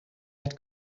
had